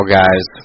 guys